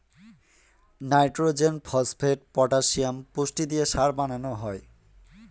nitrogen, phosphate, potassium পুষ্টি দিয়ে সার বানানো হয়